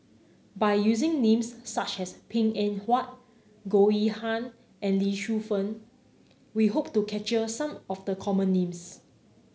by using names such as Png Eng Huat Goh Yihan and Lee Shu Fen we hope to capture some of the common names